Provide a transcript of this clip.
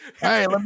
Hey